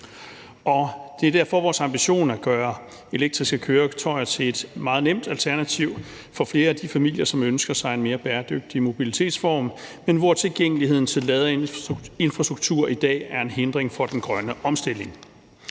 Det er derfor vores ambition at gøre elektriske køretøjer til et meget nemt alternativ for flere af de familier, som ønsker sig en mere bæredygtig mobilitetsform, men hvor tilgængeligheden til ladeinfrastruktur i dag er en hindring for den grønne omstilling.